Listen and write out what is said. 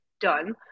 done